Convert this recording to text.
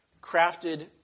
crafted